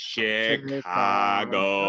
Chicago